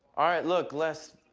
all right, look, les,